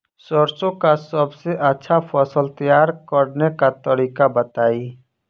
सरसों का सबसे अच्छा फसल तैयार करने का तरीका बताई